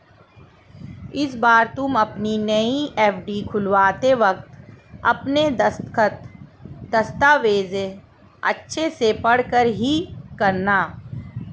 इस बार तुम अपनी नई एफ.डी खुलवाते वक्त अपने दस्तखत, दस्तावेज़ अच्छे से पढ़कर ही करना